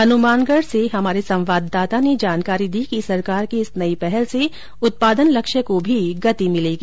हनुमानगढ से हमारे संवाददाता ने बताया कि सरकार की इस नई पहल से उत्पादन लक्ष्य को भी गति मिलेगी